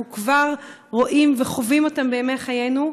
אנחנו כבר רואים וחווים אותם בימי חיינו,